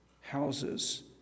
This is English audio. houses